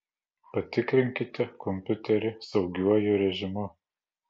patikrinkite kompiuterį saugiuoju režimu